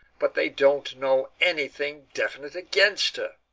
but they don't know anything definite against her.